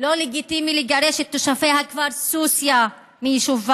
לא לגיטימי לגרש את תושבי הכפר סוסיא מיישובם,